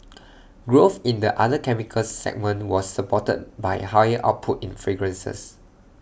growth in the other chemicals segment was supported by higher output in fragrances